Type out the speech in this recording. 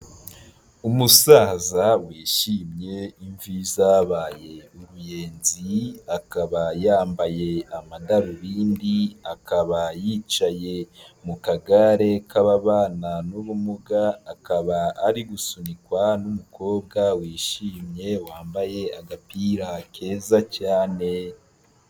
Umusaza wishimye imvi zabaye uruyenzi, akaba yambaye amadarubindi, akaba yicaye mu kagare k'ababana n'ubumuga, akaba ari gusunikwa n'umukobwa wishimye wambaye agapira keza cyane.